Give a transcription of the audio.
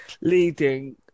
leading